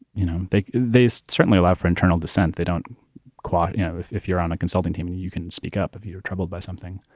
you know, they they so certainly allow for internal dissent. they don't quite you know if if you're on a consulting team and you you can speak up if you're troubled by something.